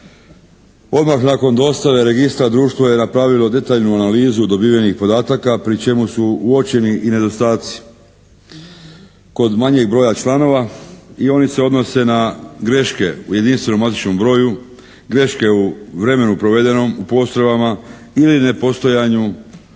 Odmah nakon dostave registra društvo je napravilo detaljnu analizu dobivenih podataka pri čemu su uočeni i nedostaci kod manjeg broja članova i oni se odnose na greške u jedinstvenom matičnom broju, greške u vremenu provedenom u postrojbama ili nepostojanju